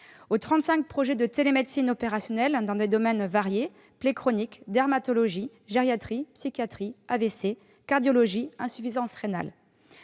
aux 35 projets de télémédecine opérationnels dans des domaines variés- plaies chroniques, dermatologie, gériatrie, psychiatrie, AVC, cardiologie, insuffisance rénale.